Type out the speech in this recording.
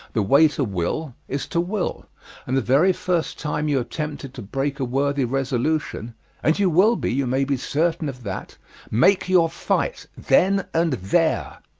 the way to will is to will and the very first time you are tempted to break a worthy resolution and you will be, you may be certain of that make your fight then and there.